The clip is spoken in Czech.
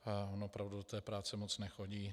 Ale on opravdu do té práce moc nechodí.